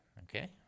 Okay